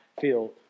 feel